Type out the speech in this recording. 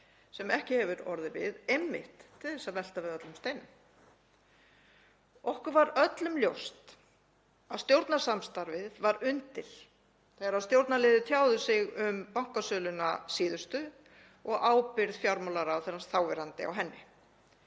sem ekki hefur verið orðið við, einmitt til þess að velta við öllum steinum. Okkur var öllum ljóst að stjórnarsamstarfið var undir þegar stjórnarliðar tjáðu sig um bankasöluna síðustu og ábyrgð fjármálaráðherrans þáverandi á henni.